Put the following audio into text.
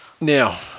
Now